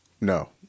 No